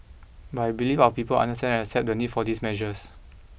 but I believe our people understand and accept the need for these measures